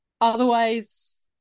Otherwise